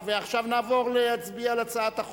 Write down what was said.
עברה בקריאה טרומית ותעבור להכנתה לקריאה ראשונה בוועדת החוקה,